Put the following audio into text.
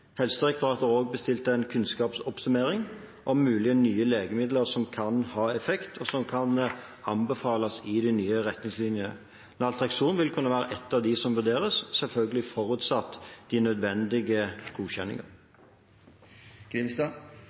Helsedirektoratet har også bestilt en kunnskapsoppsummering om mulige nye legemidler som kan ha effekt, og som kan anbefales i de nye retningslinjene. Naltrekson vil kunne være et av de legemidlene som vurderes, selvfølgelig forutsatt de nødvendige